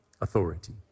authority